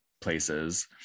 places